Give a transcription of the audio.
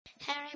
Harry